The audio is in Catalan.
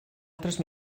altres